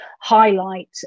highlight